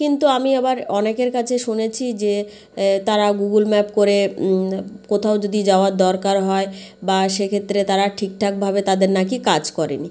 কিন্তু আমি আবার অনেকের কাছে শুনেছি যে তারা গুগল ম্যাপ করে কোথাও যদি যাওয়ার দরকার হয় বা সেক্ষেত্রে তারা ঠিকঠাকভাবে তাদের নাকি কাজ করেনি